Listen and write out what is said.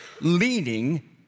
leading